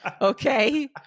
Okay